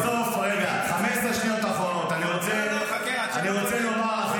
15 שניות אחרונות, אני רוצה לומר -- לא,